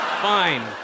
Fine